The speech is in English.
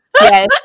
yes